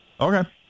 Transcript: Okay